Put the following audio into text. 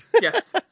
Yes